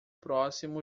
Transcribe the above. próximo